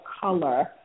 color